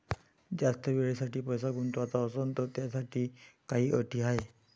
जास्त वेळेसाठी पैसा गुंतवाचा असनं त त्याच्यासाठी काही अटी हाय?